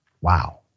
Wow